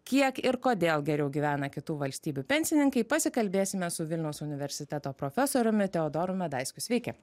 kiek ir kodėl geriau gyvena kitų valstybių pensininkai pasikalbėsime su vilniaus universiteto profesoriumi teodoru medaiskiu sveiki